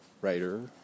writer